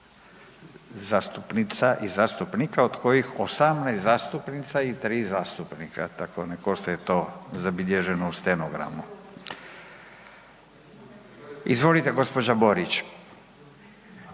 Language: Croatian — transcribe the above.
zastupnica i zastupnika, od kojih 18 zastupnica i 3 zastupnika, tako nek ostaje to zabilježeno u stenogramu. Izvolite gđa. Borić.